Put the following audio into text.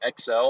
XL